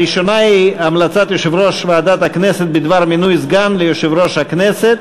הראשונה היא המלצת יושב-ראש ועדת הכנסת בדבר מינוי סגן ליושב-ראש הכנסת.